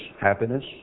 happiness